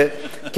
הצעה לסדר-היום.